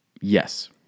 Yes